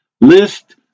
list